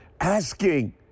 asking